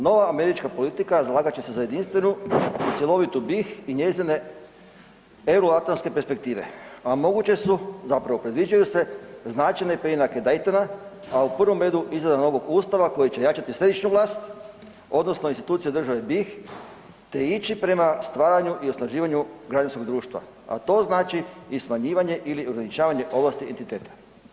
Nova američka politika zalagat će se za jedinstvenu i cjelovitu BiH i njezine euroatlanske perspektive, a moguće su, zapravo predviđaju se značajne preinake Daytona, a u prvom redu izrada novog ustava koji će jačati središnju vlast odnosno institucije države BiH te ići prema stvaranju i osnaživanju građanskog društva, a to znači i smanjivanje ili ograničavanje ovlasti entiteta.